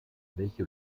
welche